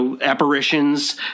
apparitions